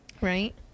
right